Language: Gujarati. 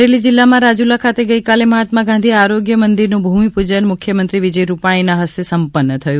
અમરેલી જિલ્લામાં રાજુલા ખાતે ગઇકાલે મહાત્મા ગાંધી આરોગ્ય મંદિરનું ભૂમિપૂજન મુખ્યમંત્રી વિજય રૂપાણીના હસ્તે સંપન્ન થયું